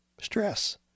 stress